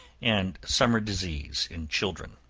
and summer disease in children.